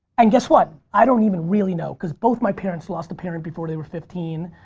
and guess what i don't even really know, because both my parents lost a parent before they were fifteen.